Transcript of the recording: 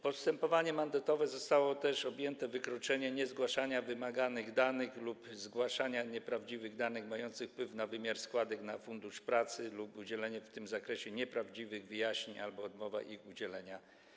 Postępowaniem mandatowym w sprawach o wykroczenie zostały też objęte: niezgłaszanie wymaganych danych lub zgłaszanie nieprawdziwych danych mających wpływ na wymiar składek na Fundusz Pracy lub udzielenie w tym zakresie nieprawdziwych wyjaśnień albo odmowa ich udzielenia.